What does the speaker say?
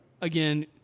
again